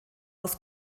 aus